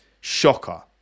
Shocker